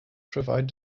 provide